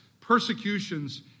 persecutions